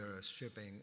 shipping